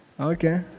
Okay